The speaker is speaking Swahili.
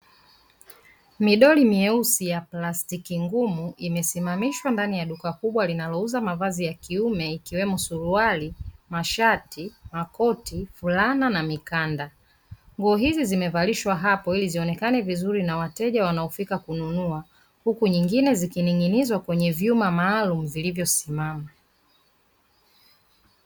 Midoli myeusi ya plastiki ngumu imesimamishwa ndani ya duka kubwa linalouza mavazi ya kiume ikiwemo suruali, mashati, makoti, fulana na mikanda. Nguo hizi zimevalishwa hapo ili zionekane vizuri na wateja wanaofika kununua huku nyingine zikining`inizwa kwenye vyuma maalumu vilivyosimama.